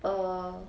err